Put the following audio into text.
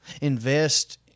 invest –